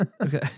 okay